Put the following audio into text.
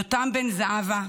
יותם בן זהבה,